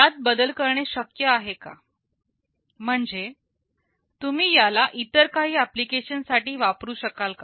यात बदल करणे शक्य आहे का म्हणजे तुम्ही याला काही इतर एप्लीकेशन साठी वापरू शकाल का